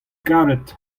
karet